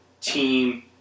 team